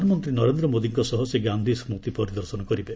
ପ୍ରଧାନମନ୍ତ୍ରୀ ନରେନ୍ଦ୍ର ମୋଦିଙ୍କ ସହ ସେ ଗାନ୍ଧି ସ୍କୁତି ପରିଦର୍ଶନ କରିବେ